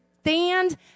stand